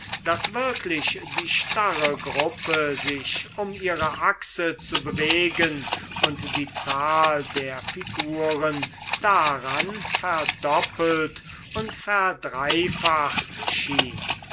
daß wirklich die starre gruppe sich um ihre achse zu bewegen und die zahl der figuren daran verdoppelt und verdreifacht schien